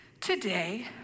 today